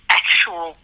actual